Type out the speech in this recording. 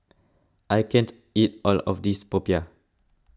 I can't eat all of this Popiah